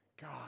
God